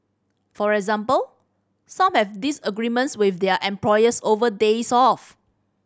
for example some have disagreements with their employers over days off